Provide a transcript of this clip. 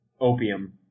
opium